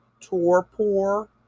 torpor